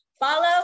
follow